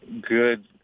good –